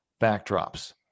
backdrops